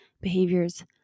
behaviors